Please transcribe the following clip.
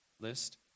list